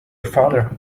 father